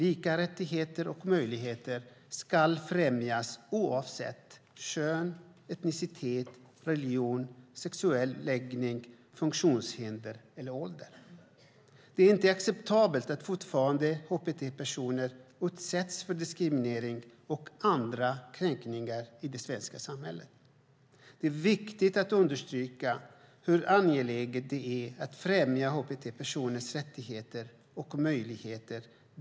Lika rättigheter och möjligheter ska främjas oavsett kön, etnicitet, religion, sexuell läggning, funktionshinder och ålder. Det är inte acceptabelt att hbt-personer fortfarande utsätts för diskriminering och andra kränkningar i det svenska samhället. Det är viktigt att understryka hur angeläget det är att främja hbt-personers rättigheter och möjligheter.